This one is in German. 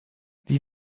wie